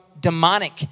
demonic